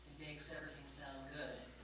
makes everything sound good.